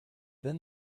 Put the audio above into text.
then